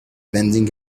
bending